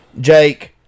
Jake